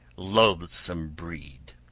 loathsome breed!